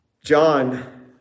John